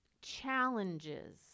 challenges